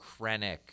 Krennic